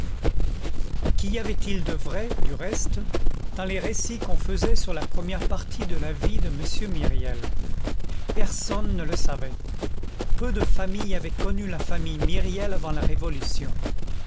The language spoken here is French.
qu'y avait-il de vrai du reste dans les récits qu'on faisait sur la première partie de la vie de m myriel personne ne le savait peu de familles avaient connu la famille myriel avant la révolution